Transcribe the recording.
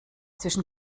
zwischen